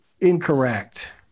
Incorrect